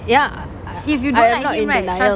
ya I am not in denial